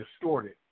distorted